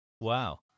Wow